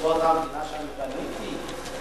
זאת המדינה שאני בניתי?